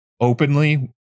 openly